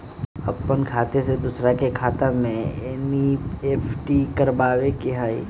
अपन खाते से दूसरा के खाता में एन.ई.एफ.टी करवावे के हई?